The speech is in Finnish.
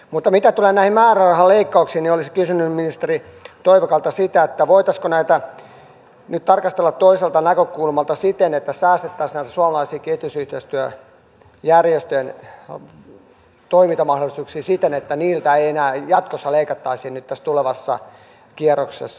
mutta mitä tulee näihin määrärahaleikkauksiin niin olisin kysynyt ministeri toivakalta sitä voitaisiinko näitä nyt tarkastella toisesta näkökulmasta siten että säästettäisiin näiden suomalaisten kehitysyhteistyöjärjestöjen toimintamahdollisuuksia siten että niiltä ei enää jatkossa leikattaisi nyt tässä tulevassa kierroksessa